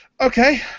Okay